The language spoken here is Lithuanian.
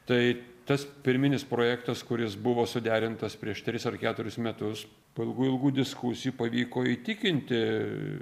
tai tas pirminis projektas kuris buvo suderintas prieš tris ar keturis metus po ilgų ilgų diskusijų pavyko įtikinti